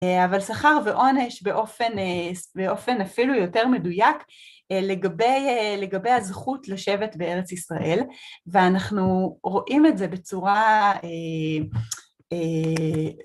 אבל שכר ועונש באופן אפילו יותר מדויק לגבי הזכות לשבת בארץ ישראל ואנחנו רואים את זה בצורה